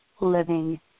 living